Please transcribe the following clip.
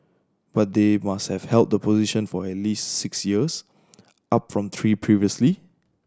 but they must have held the position for at least six years up from three previously